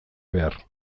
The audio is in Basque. behar